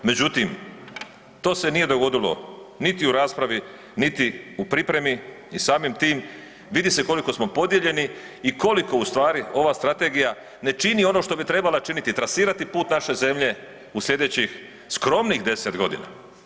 Međutim, to se nije dogodilo niti u raspravi, niti u pripremi i samim tim vidi se koliko smo podijeljeni i koliko u stvari ova strategija ne čini ono što bi trebala činiti, trasirati put naše zemlje u idućih skromnih 10 godina.